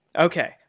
Okay